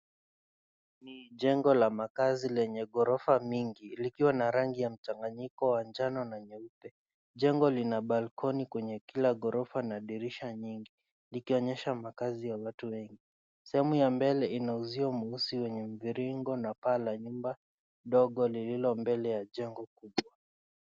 Ni jengo la makazi lenye ghorofa mingi likiwa na rangi ya mchanganyiko wa njano na nyeupe. Jengo lina balkoni kwenye kila ghorofa na dirisha nyingi likionyesha makazi ya watu wengi. Sehemu ya mbele ina uzio nyeusi lenye mviringo na pale ya nyumba ndogo lililo mbele ya jengo kubwa.